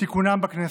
תיקונם בכנסת.